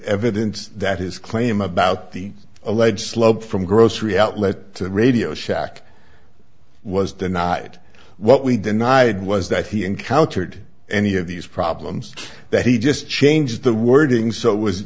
evidence that his claim about the alleged slope from grocery outlet to radio shack was denied what we denied was that he encountered any of these problems that he just changed the wording so it was